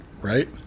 right